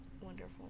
wonderful